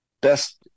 Best